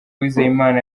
uwizeyimana